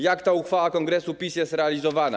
Jak ta uchwała kongresu PiS jest realizowana?